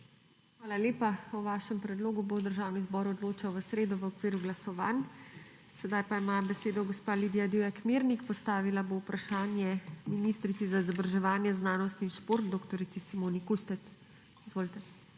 Hvala lepa. O vašem predlogu bo Državni zbor odločal v sredo v okviru glasovanj. Sedaj pa ima besedo gospa Lidija Divjak Mirnik. Postavila bo vprašanje ministrici za izobraževanje, znanost in šport dr. Simoni Kustec. Izvolite.